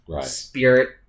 spirit